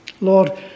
Lord